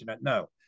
No